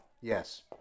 Yes